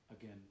again